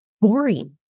boring